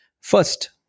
first